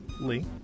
Lee